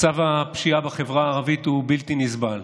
מצב הפשיעה בחברה הערבית הוא בלתי נסבל.